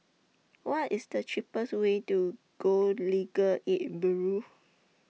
What IS The cheapest Way to Go Legal Aid Bureau